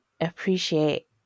appreciate